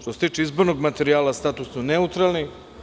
što se tiče izbornog materijala, statusno neutralni.